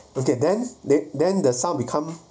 okay then then then the sound become